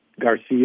Garcia